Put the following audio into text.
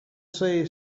say